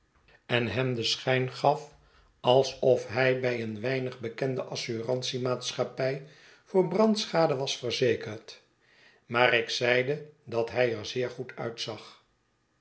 en hem den schijn gaf alsof hij bij een weinig bekende assurantie-maatschappij voor brandschude was verzekerd maar ik zeide dathij er zeer goed uitzag